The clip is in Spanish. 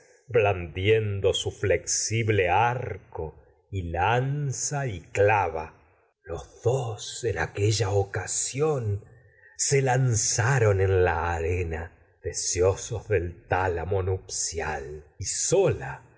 tebas su blandiendo flexible arco y lanza y clava los dos en aquella las tr a quiñi as ocasión se lanzaron en la arena deseosos del tálamo nupcial y sola